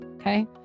okay